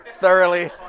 thoroughly